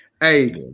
hey